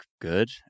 good